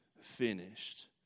finished